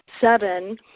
seven